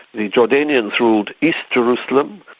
the jordanians ruled east jerusalem,